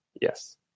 Yes